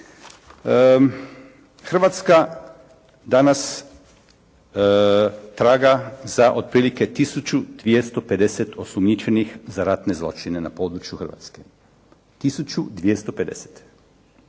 Hrvatska danas traga za otprilike 1250 osumnjičenih za ratne zločine na području Hrvatske. 1250.